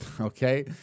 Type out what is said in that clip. okay